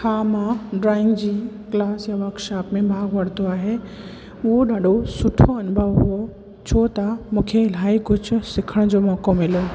हा मां ड्रॉइंग जी क्लास या वर्कशॉप में भाॻु वरितो आहे उहो ॾाढो सुठो अनुभव हुओ छो त मूंखे इलाही कुझु सिखण जो मौक़ो मिलो